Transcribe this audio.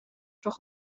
toch